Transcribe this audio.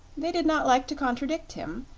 they did not like to contradict him,